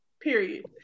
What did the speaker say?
Period